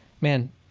Man